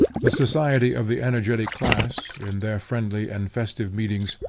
the society of the energetic class, in their friendly and festive meetings,